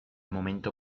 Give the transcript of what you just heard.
momento